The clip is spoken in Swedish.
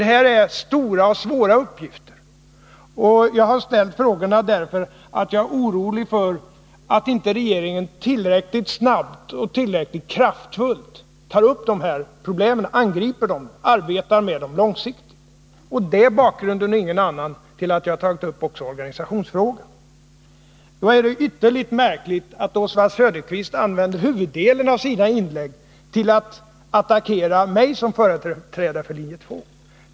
Detta är stora och svåra uppgifter, och jag har ställt mina frågor därför att jag är orolig för att regeringen inte tillräckligt snabbt och kraftfullt angriper dessa problem och långsiktigt arbetar med dem. Det är detta och ingenting annat som är bakgrunden till att jag också tagit upp organisationsfrågorna. Det är därför ytterligt märkligt att Oswald Söderqvist använde huvuddelen av sina inlägg tillatt attackera mig som företrädare för linje 2.